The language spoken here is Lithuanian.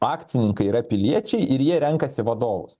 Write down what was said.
akcininkai yra piliečiai ir jie renkasi vadovus